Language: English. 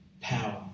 power